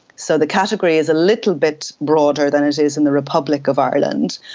so the category is a little bit broader than it is in the republic of ireland,